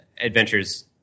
adventures